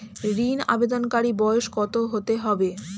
ঋন আবেদনকারী বয়স কত হতে হবে?